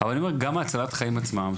אבל גם ההצלת חיים עצמה,